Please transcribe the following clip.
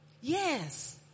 Yes